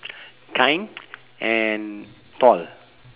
kind and tall